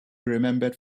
remembered